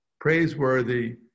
praiseworthy